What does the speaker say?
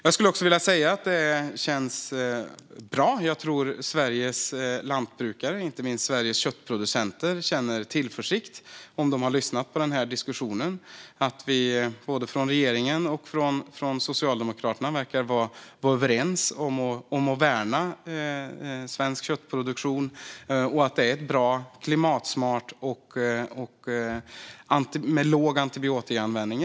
Jag skulle också vilja säga att det känns bra. Jag tror att Sveriges lantbrukare och inte minst Sveriges köttproducenter känner tillförsikt om de har lyssnat på den här diskussionen. Både från regeringen och från Socialdemokraterna verkar vi vara överens om att värna svensk köttproduktion. Den produktionen är bra och klimatsmart och har en låg antibiotikaanvändning.